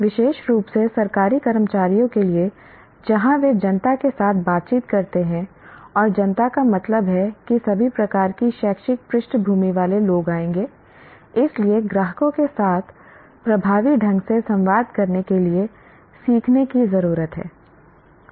विशेष रूप से सरकारी कर्मचारियों के लिए जहां वे जनता के साथ बातचीत करते हैं और जनता का मतलब है कि सभी प्रकार की शैक्षिक पृष्ठभूमि वाले लोग आएंगे इसलिए ग्राहकों के साथ प्रभावी ढंग से संवाद करने के लिए सीखने की जरूरत है